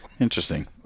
Interesting